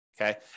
Okay